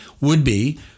would-be